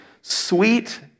sweet